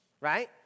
right